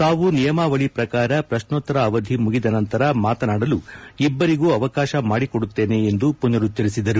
ತಾವು ನಿಯಮಾವಳಿ ಪ್ರಕಾರ ಪ್ರಶ್ನೋತ್ತರ ಅವಧಿ ಮುಗಿದ ನಂತರ ಮಾತನಾಡಲು ಇಬ್ಬರಿಗೂ ಅವಕಾಶ ಮಾಡಿಕೊಡುತ್ತೇನೆ ಎಂದು ಪುನರುಚ್ಲರಿಸಿದರು